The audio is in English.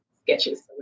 sketches